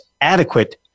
adequate